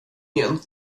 igen